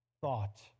thought